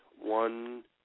one